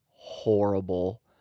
Horrible